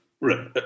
Right